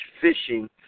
fishing